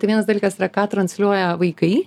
tai vienas dalykas yra ką transliuoja vaikai